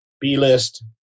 B-list